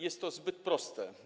Jest to zbyt proste.